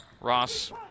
Ross